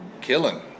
killing